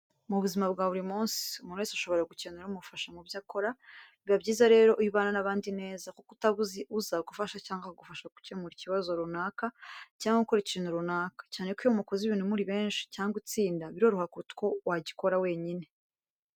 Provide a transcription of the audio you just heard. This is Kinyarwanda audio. Mu buzima bwa buri munsi umuntu wese ashobora gukenera umufasha mu byo akora biba byiza rero iyo ubana n'abandi neza kuko utaba uzi uzagufasha cyangwa akagufasha gukemura ikibazo runaka cyangwa gukora ikintu runaka, cyane ko iyo mukoze ibintu muri benshi cyangwa itsinda biroroha kuruta uko wagikora wenyine.